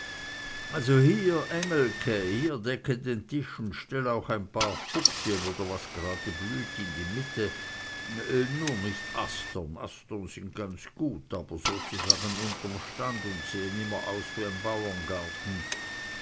decke den tisch und stell auch ein paar fuchsien oder was gerade blüht in die mitte nur nicht astern astern sind ganz gut aber doch sozusagen unterm stand und sehen immer aus wie n